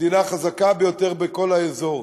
המדינה החזקה ביותר בכל האזור,